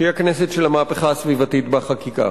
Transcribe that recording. שהיא הכנסת של המהפכה הסביבתית בחקיקה.